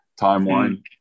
timeline